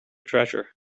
treasure